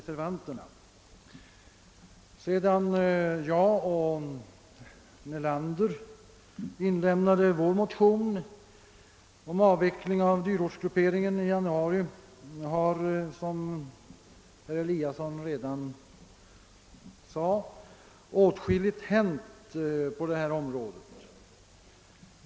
Sedan herr Nelander och jag i januari inlämnade vår motion om avveckling av dyrortsgrupperingen har, som herr Eliasson redan sagt, åtskilligt hänt på detta område.